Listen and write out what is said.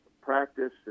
practice